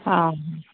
हा